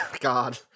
God